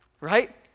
Right